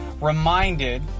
reminded